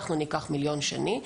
אנחנו ניקח מיליון שני.